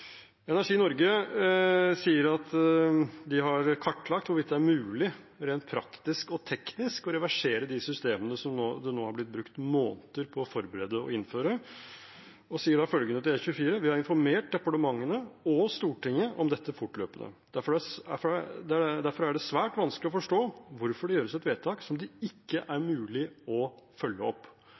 Energi Norge sier at de har kartlagt hvorvidt det rent praktisk og teknisk er mulig å reversere de systemene som det nå har blitt brukt måneder på å forberede og innføre, og sier følgende til E24: «Vi har informert departementene og stortinget om dette fortløpende. Derfor er det svært vanskelig å forstå hvorfor det gjøres et vedtak det ikke er mulig å følge opp.»